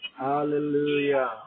Hallelujah